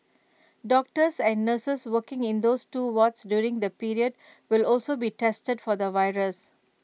doctors and nurses working in those two wards during the period will also be tested for the virus